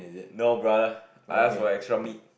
no brother I as well extra meat